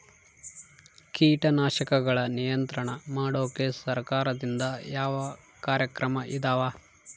ಕೇಟನಾಶಕಗಳ ನಿಯಂತ್ರಣ ಮಾಡೋಕೆ ಸರಕಾರದಿಂದ ಯಾವ ಕಾರ್ಯಕ್ರಮ ಇದಾವ?